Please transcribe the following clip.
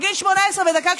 בגיל 18 ודקה,